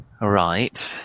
Right